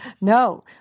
no